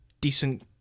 decent